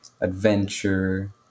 adventure